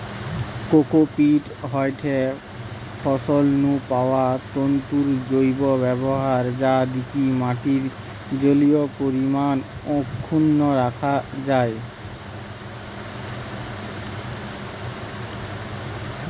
cocopeat হয়ঠে ফল নু পাওয়া তন্তুর জৈব ব্যবহার যা দিকি মাটির জলীয় পরিমাণ অক্ষুন্ন রাখা যায়